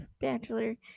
Bachelor